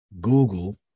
Google